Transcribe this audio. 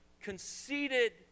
conceited